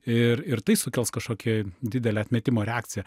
ir ir tai sukels kažkokią didelę atmetimo reakciją